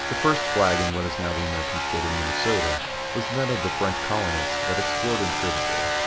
the first flag in what is now the american state of minnesota was that of the french colonists that explored and traded there.